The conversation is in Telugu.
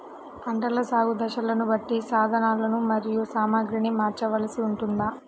పంటల సాగు దశలను బట్టి సాధనలు మరియు సామాగ్రిని మార్చవలసి ఉంటుందా?